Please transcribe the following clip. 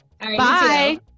Bye